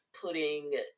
putting